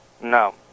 No